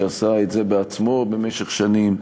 שעשה את זה בעצמו במשך שנים.